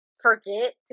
forget